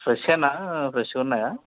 ఫ్రెష్షేనా ఫ్రెష్గా ఉన్నాయా